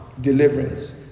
deliverance